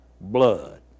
blood